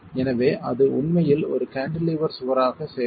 எனவே அது உண்மையில் ஒரு கான்டிலீவர் சுவராக செயல்படும்